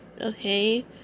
okay